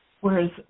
Whereas